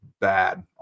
bad